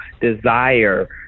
desire